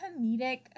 comedic